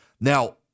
Now